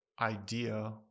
idea